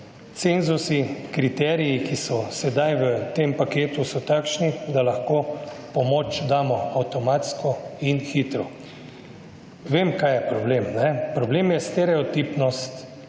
Cenzusi, kriteriji, ki so sedaj v tem paketu, so takšni, da lahko pomoč damo avtomatsko in hitro. Vem kaj je problem, problem je stereotipnost,